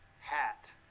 hat